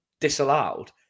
disallowed